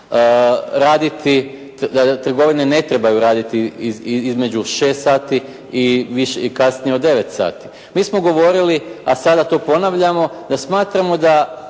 Vladajući da trgovine ne trebaju raditi između 6 sati i kasnije od 9 sati. Mi smo govorili, a sada to ponavljamo da smatramo da